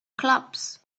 clubs